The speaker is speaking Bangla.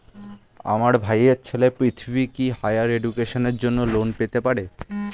আমার ভাইয়ের ছেলে পৃথ্বী, কি হাইয়ার এডুকেশনের জন্য লোন পেতে পারে?